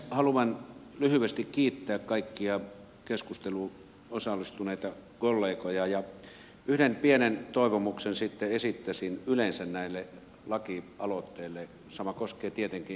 haluan lyhyesti kiittää kaikkia keskusteluun osallistuneita kollegoja ja yhden pienen toivomuksen sitten esittäisin yleensä näille lakialoitteille sama koskee tietenkin kansalaisaloitteita